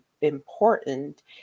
important